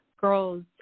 girls